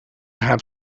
have